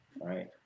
right